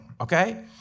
okay